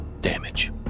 Damage